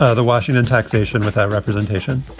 ah the washington taxation without representation.